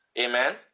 Amen